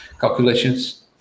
calculations